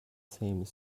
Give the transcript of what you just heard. same